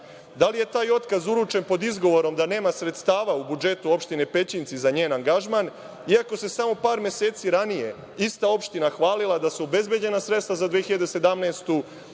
Da li je taj otkaz uručen pod izgovorom da nema sredstava u budžetu opštine Pećinci za njen angažman, iako se samo par meseci ranije ista opština hvalila da su obezbeđena sredstva za 2017.